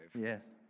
Yes